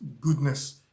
goodness